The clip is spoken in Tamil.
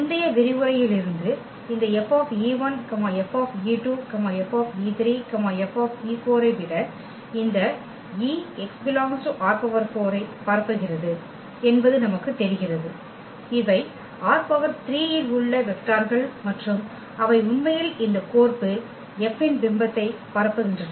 முந்தைய விரிவுரையிலிருந்து இந்த F F F F ஐ விட இந்த eக்கள் x ∈ ℝ4 ஐ பரப்புகிறது என்பது நமக்கு தெரிகிறது இவை ℝ3 இல் உள்ள வெக்டார்கள் மற்றும் அவை உண்மையில் இந்த கோர்ப்பு F ன் பிம்பத்தை பரப்புகின்றன